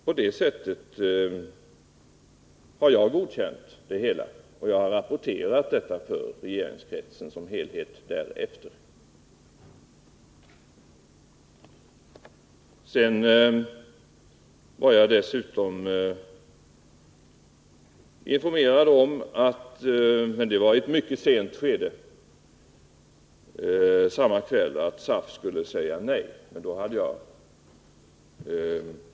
På det sättet har jag godkänt det hela, och jag har rapporterat detta för regeringskretsen som helhet därefter. Sedan var jag dessutom informerad om — men det var i ett mycket sent skede samma kväll — att SAF skulle säga nej.